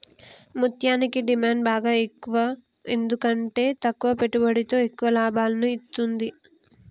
ముత్యనికి డిమాండ్ బాగ ఎక్కువ ఎందుకంటే తక్కువ పెట్టుబడితో ఎక్కువ లాభాలను ఇత్తుంది